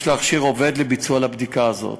יש להכשיר עובד לביצוע הבדיקה הזאת.